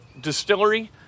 Distillery